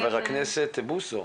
חבר הכנסת בוסו,